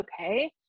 okay